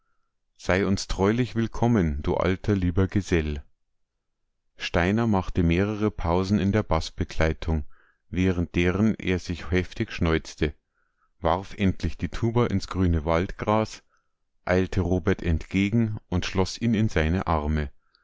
sei uns treulich willkommen du alter lieber gesell steiner machte mehrere pausen in der baßbegleitung während deren er sich heftig schnauzte warf endlich die tuba ins grüne waldgras eilte robert entgegen und schloß ihn in seine arme